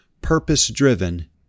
purpose-driven